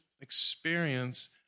experience